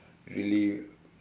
really